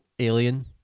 Alien